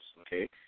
okay